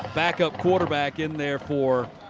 backup quarterback in there for